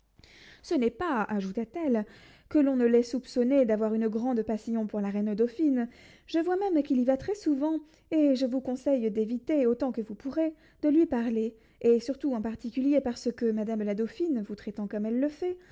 qu'il y va très souvent et je vous conseille d'éviter autant que vous pourrez de lui parler et surtout en particulier parce que madame la dauphine vous traitant comme